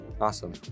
Awesome